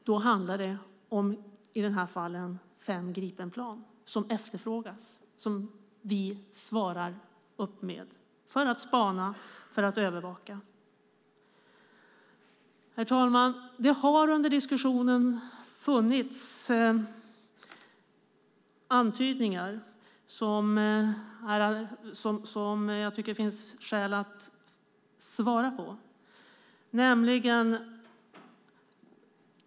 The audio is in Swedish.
Det handlar i det här fallet om fem Gripenplan som vi ställer upp med för att spana och övervaka. Herr talman! Det har under diskussionen funnits antydningar som det finns skäl att kommentera.